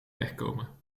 wegkomen